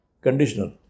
Conditional